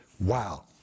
Wow